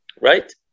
right